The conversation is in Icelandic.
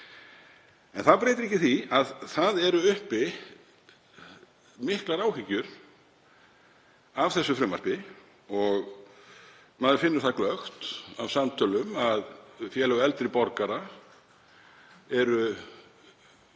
En það breytir ekki því að uppi eru miklar áhyggjur af þessu frumvarpi. Maður finnur það glöggt á samtölum að félög eldri borgara eru